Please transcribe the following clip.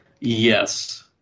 Yes